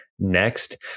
next